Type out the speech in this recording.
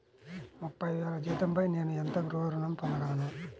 ముప్పై వేల జీతంపై నేను ఎంత గృహ ఋణం పొందగలను?